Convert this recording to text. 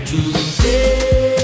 Today